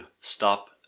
stop